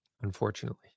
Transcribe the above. unfortunately